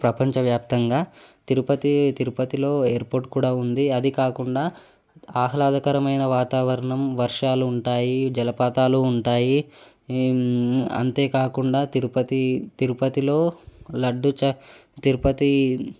ప్రపంచవ్యాప్తంగా తిరుపతి తిరుపతిలో ఎయిర్పోర్ద్ కూడా ఉంది అదికాకుండా ఆహ్లాదకరమైన వాతావరణం వర్షాలు ఉంటాయి జలపాతాలు ఉంటాయి అంతేకాకుండా తిరుపతి తిరుపతిలో లడ్డు చా తిరుపతి